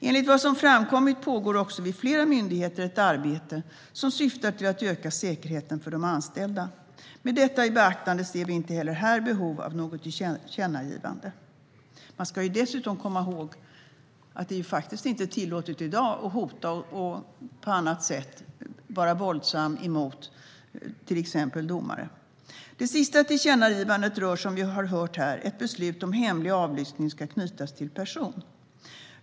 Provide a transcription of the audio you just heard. Enligt vad som har framkommit pågår också vid flera myndigheter ett arbete som syftar till att öka säkerheten för de anställda. Med detta i beaktande ser vi inte heller här behov av något tillkännagivande. Man ska dessutom komma ihåg att det inte är tillåtet i dag att hota eller på annat sätt vara våldsam mot till exempel domare. Det sista förslaget till tillkännagivande rör, som vi har hört här, ett beslut om att hemlig avlyssning ska knytas till person.